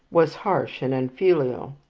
was harsh and unfilial.